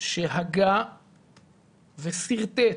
שהגה ושרטט